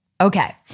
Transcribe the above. Okay